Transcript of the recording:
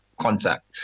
contact